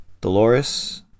Dolores